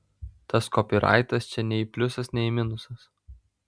tas kopyraitas čia nei pliusas nei minusas